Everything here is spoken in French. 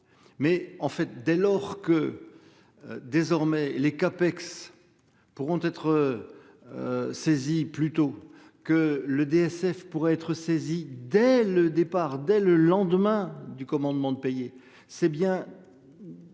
Mais en fait, dès lors que. Désormais, les CAPEX. Pourront être. Saisis plutôt que le DSF pourrait être saisie dès le départ, dès le lendemain du commandement de payer, c'est bien.